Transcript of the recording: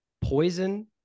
poison